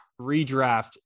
redraft